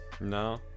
No